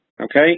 Okay